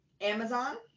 Amazon